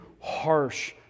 harsh